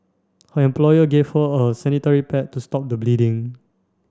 her employer gave her a sanitary pad to stop the bleeding